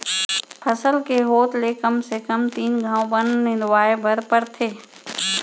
फसल के होत ले कम से कम तीन घंव बन निंदवाए बर परथे